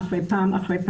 היא מאוד-מאוד נמוכה.